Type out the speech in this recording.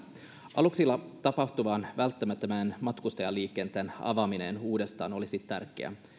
aluksilla tapahtuvan välttämättömän matkustajaliikenteen avaaminen uudestaan olisi tärkeää